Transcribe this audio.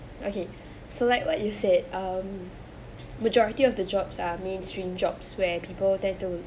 okay so like what you said um majority of the jobs are mainstream jobs where people tend to